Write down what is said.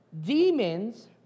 demons